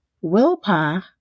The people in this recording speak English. willpower